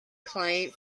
client